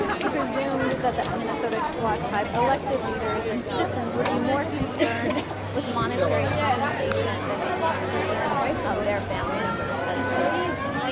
he presumed that the um minnesota chippewa tribe, elected leaders, and citizens would be more concerned with monetary compensation than with the inclusion of their family members as citizens.